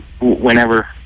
whenever